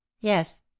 yes